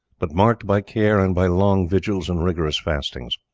but marked by care and by long vigils and rigorous fastings.